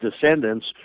descendants